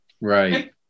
Right